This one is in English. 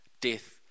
death